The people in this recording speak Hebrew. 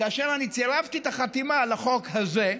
כאשר אני צירפתי את החתימה על החוק הזה,